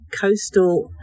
coastal